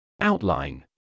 Outline